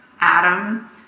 Adam